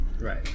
right